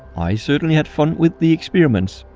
i certainly had fun with the experiments.